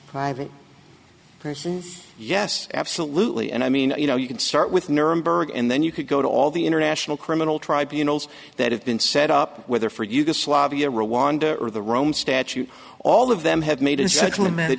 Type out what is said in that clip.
private persons yes absolutely and i mean you know you can start with nuremberg and then you could go to all the international criminal tribunals that have been set up whether for yugoslavia rwanda or the rome statute all of them have made in such a limited